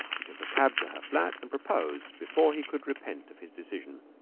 he took a cab to her flat and proposed before he could repent of his decision.